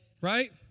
Right